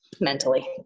mentally